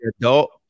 adult